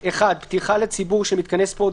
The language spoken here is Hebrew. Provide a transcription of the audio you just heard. (1)פתיחה לציבור של מתקני ספורט,